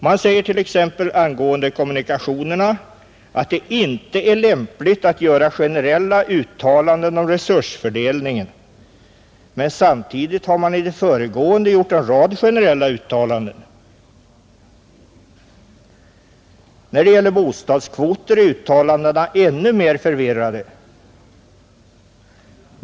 Man säger t.ex. angående kommunikationerna att det inte är lämpligt att göra generella uttalanden om resursfördelning, men samtidigt har man i det föregående gjort en rad generella uttalanden. När det gäller bostadskvoter är uttalandena ännu mer förvirrade.